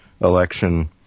election